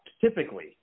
typically